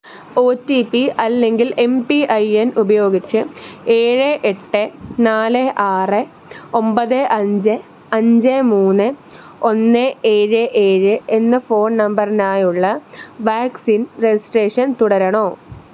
O T P അല്ലെങ്കിൽ M P I N ഉപയോഗിച്ച് ഏഴ് എട്ട് നാല് ആറ് ഒമ്പത് അഞ്ച് അഞ്ച് മൂന്ന് ഒന്ന് ഏഴ് ഏഴ് എന്ന ഫോൺ നമ്പറിനായുള്ള വാക്സിൻ രജിസ്ട്രേഷൻ തുടരണോ